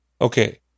Okay